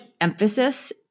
emphasis